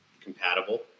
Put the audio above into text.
compatible